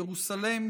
ירוסלם,